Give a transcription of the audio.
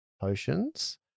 potions